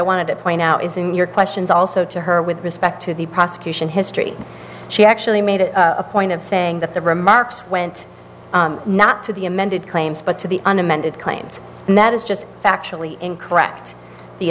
wanted to point out is in your questions also to her with respect to the prosecution history she actually made a point of saying that the remarks went not to the amended claims but to the un amended claims and that is just factually incorrect the